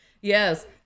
yes